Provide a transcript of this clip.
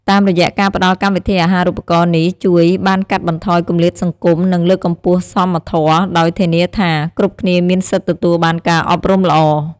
តាមរយៈការផ្ដល់កម្មវិធីអាហារូបករណ៍ នេះជួយ បានកាត់បន្ថយគម្លាតសង្គម និង លើកកម្ពស់សមធម៌ ដោយធានាថា គ្រប់គ្នាមានសិទ្ធិទទួលបានការអប់រំល្អ។